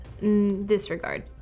Disregard